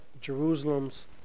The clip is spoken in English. Jerusalem's